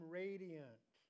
radiant